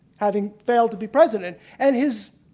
having failed to be president and his,